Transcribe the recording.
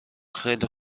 خیلی